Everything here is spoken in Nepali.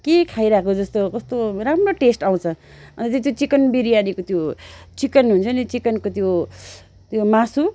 के खाइरहेको जस्तो कोस्तो राम्रो टेस्ट आउँछ अन्त त्यो चिकन बिर्यानीको त्यो चिकन हुन्छ नि चिकनको त्यो त्यो मासु